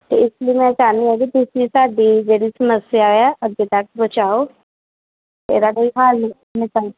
ਅਤੇ ਇਸ ਲਈ ਮੈਂ ਚਾਹੁੰਦੀ ਹਾਂ ਕਿ ਤੁਸੀਂ ਸਾਡੀ ਜਿਹੜੀ ਸਮੱਸਿਆ ਆ ਅੱਗੇ ਤੱਕ ਪਹੁੰਚਾਓ ਇਹਦਾ ਕੋਈ ਹੱਲ ਨਿਕਲ